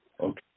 Okay